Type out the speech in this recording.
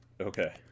Okay